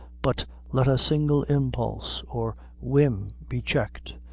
but let a single impulse or whim be checked,